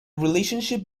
relationship